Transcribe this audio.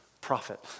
profit